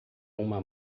uma